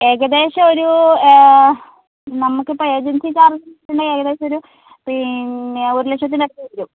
ഏകദേശമൊരു നമുക്കിപ്പം ഏജൻസികാർക്ക് ഏകദേശമൊരു പിന്നെ ഒരു ലക്ഷത്തിനടുത്ത് വരും